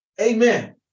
Amen